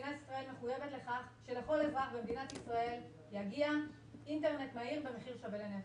מחויבת לכך שלכל אזרח יגיע אינטרנט מהיר במחיר שווה לנפש,